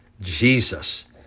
Jesus